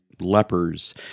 lepers